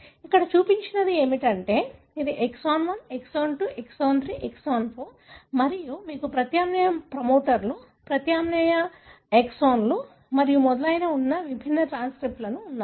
ఇక్కడ చూపినది ఏమిటంటే ఇది ఎక్సాన్ 1 ఎక్సాన్ 2 ఎక్సాన్ 3 ఎక్సాన్ 4 మరియు మీకు ప్రత్యామ్నాయ ప్రమోటర్లు ప్రత్యామ్నాయ ఎక్సోన్లు మరియు మొదలైనవి ఉన్న విభిన్న ట్రాన్స్క్రిప్ట్లు ఉన్నాయి